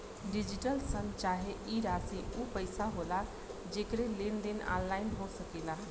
digital शन चाहे ई राशी ऊ पइसा होला जेकर लेन देन ऑनलाइन हो सकेला